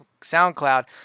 SoundCloud